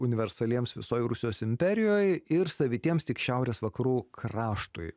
universaliems visoj rusijos imperijoj savitiems tik šiaurės vakarų kraštui